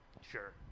Sure